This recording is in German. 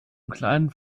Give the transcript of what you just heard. kleinen